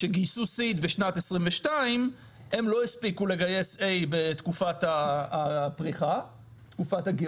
שגייסו Seed בשנת 2022. הן לא הספיקו לגייס A בתקופת הפריחה והגאות,